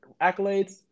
accolades